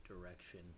direction